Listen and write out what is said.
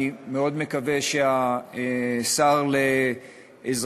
אני מאוד מקווה שהשר לאזרחים